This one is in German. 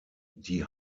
die